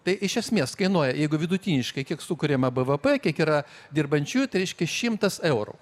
tai iš esmės kainuoja jeigu vidutiniškai kiek sukuriama bvp kiek yra dirbančiųjų tai reiškia šimtas eurų